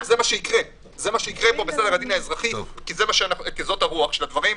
וזה מה שיקרה, כי זו הרוח של הדברים.